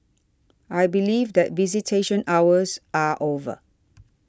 I believe that visitation hours are over